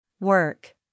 Work